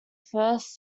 first